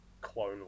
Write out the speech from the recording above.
Clone